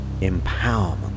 empowerment